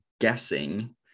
guessing